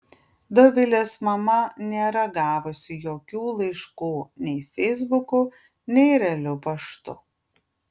dovilės mama nėra gavusi jokių laiškų nei feisbuku nei realiu paštu